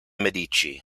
medici